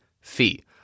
fee